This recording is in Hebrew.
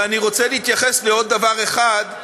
ואני רוצה להתייחס לעוד דבר אחד,